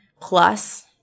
Plus